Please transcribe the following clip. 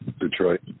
Detroit